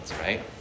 right